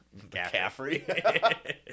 McCaffrey